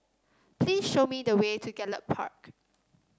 please show me the way to Gallop Park